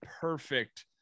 perfect